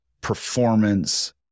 performance